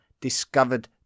discovered